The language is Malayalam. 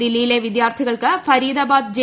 ദില്ലിയിലെ വിദ്യാർഥികൾക്ക് ഫരീദാബാദ് ജെ